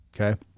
okay